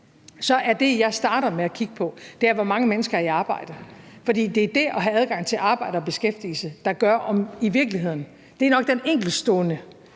er det, jeg starter med at kigge på, hvor mange mennesker der er i arbejde. For det er det at have adgang til arbejde og beskæftigelse, der i virkeligheden gør det; den nok enkeltstående